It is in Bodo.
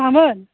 मामोन